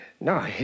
No